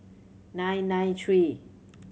nine nine three